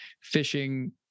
fishing